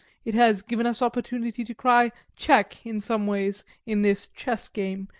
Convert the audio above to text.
it has given us opportunity to cry check in some ways in this chess game,